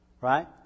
right